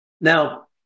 Now